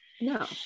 no